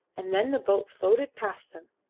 and then the boat floated past them,